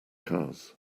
cars